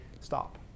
stop